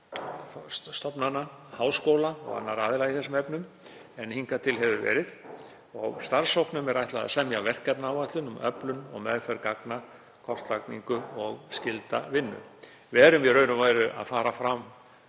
fagstofnana, háskóla og annarra aðila í þessum efnum en verið hefur hingað til. Starfshópnum er ætlað að semja verkefnaáætlun um öflun og meðferð gagna, kortlagningu og skylda vinnu. Við erum í raun og veru að fara fram